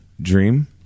dream